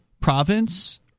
province